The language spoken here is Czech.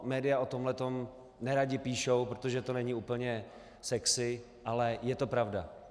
Média o tomhle nerada píšou, protože to není úplně sexy, ale je to pravda.